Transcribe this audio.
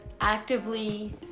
actively